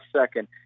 second